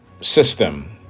system